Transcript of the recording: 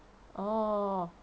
orh